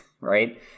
right